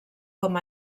com